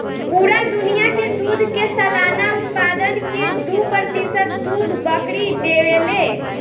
पूरा दुनिया के दूध के सालाना उत्पादन के दू प्रतिशत दूध बकरी देवे ले